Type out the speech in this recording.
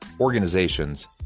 organizations